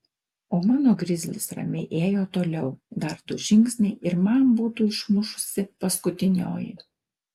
o mano grizlis ramiai ėjo toliau dar du žingsniai ir man būtų išmušusi paskutinioji